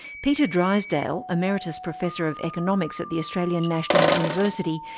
peter drysdale, emeritus professor of economics at the australian national university,